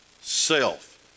self